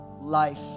life